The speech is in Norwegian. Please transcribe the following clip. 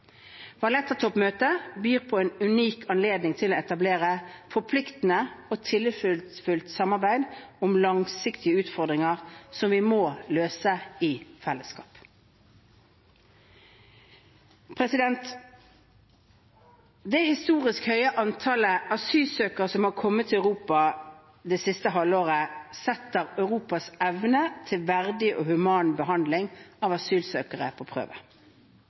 byr på en unik anledning til å etablere forpliktende og tillitsfullt samarbeid om langsiktige utfordringer som vi må løse i fellesskap. Det historisk høye antallet asylsøkere som har kommet til Europa det siste halvåret, setter Europas evne til verdig og human behandling av asylsøkere på prøve.